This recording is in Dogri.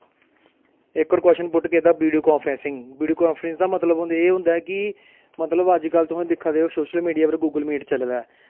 इक होर क्वश्चन पुट्ट कीती वीडियो कांफ्रैंसिंग वीडियो कांफ्रैंसिंग दा मतलव एह् होंदा ऐ कि मतलव तुस अज्ज कल दिक्खा दे ओ कि सोशल मीडिय पर अज्ज कल गुगल मीट चले दा ऐ